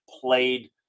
played